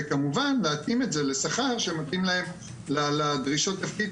וכמובן להתאים את זה לשכר שמתאים לדרישות התפקיד.